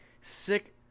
sick